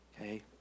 Okay